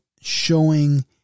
showing